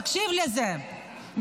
תקשיב לזה,